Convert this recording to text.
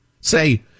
Say